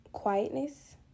Quietness